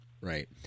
Right